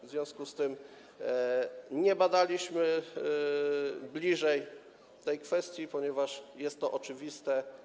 W związku z tym nie badaliśmy bliżej tej kwestii, ponieważ jest to oczywiste.